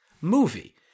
movie